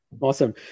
Awesome